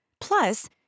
Plus